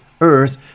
earth